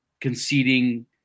conceding